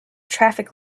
traffic